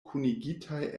kunigitaj